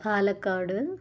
Palakkad